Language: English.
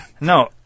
no